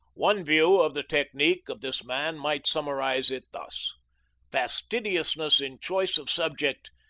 one view of the technique of this man might summarize it thus fastidiousness in choice of subject,